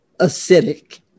acidic